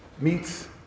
meets